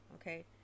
okay